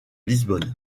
lisbonne